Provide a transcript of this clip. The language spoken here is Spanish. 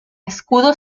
escudo